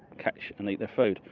catch and eat their food.